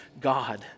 God